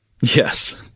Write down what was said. Yes